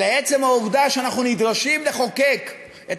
אלא עצם העובדה שאנחנו נדרשים לחוקק את